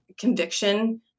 conviction